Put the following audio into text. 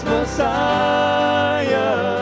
Messiah